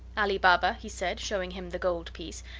ali baba, he said, showing him the gold piece,